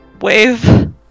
wave